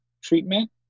treatment